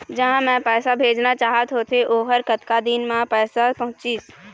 जहां मैं पैसा भेजना चाहत होथे ओहर कतका दिन मा पैसा पहुंचिस?